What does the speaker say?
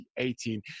2018